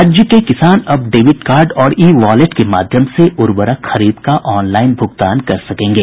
राज्य के किसान अब डेबिट कार्ड और ई वॉलेट के माध्यम से उर्वरक खरीद का ऑनलाइन भुगतान कर सकेंगे